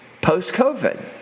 post-COVID